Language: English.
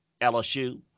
LSU